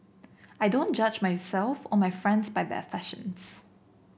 I don't judge myself or my friends by their fashions